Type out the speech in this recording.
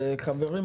חברים,